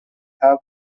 have